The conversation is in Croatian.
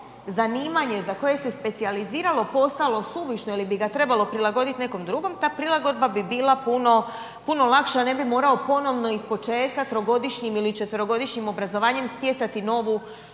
za koje se specijaliziralo, postalo suvišno ili bi ga trebalo prilagodit nekom drugom, ta prilagodba bi bila puno, puno lakša, ne bi morao ponovno ispočetka 3-godišnjim ili 4-godišnjim obrazovanjem stjecati novu,